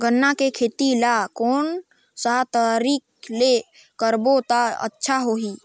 गन्ना के खेती ला कोन सा तरीका ले करबो त अच्छा होही?